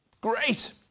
Great